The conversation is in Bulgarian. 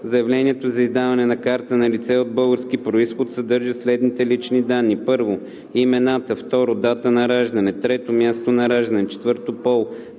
Заявлението за издаване на карта на лице от български произход съдържа следните лични данни: 1. имената; 2. дата на раждане; 3. място на раждане; 4. пол;